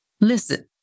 Listen